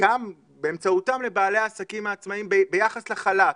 וגם באמצעותם לבעלי העסקים העצמאים ביחס לחל"ת.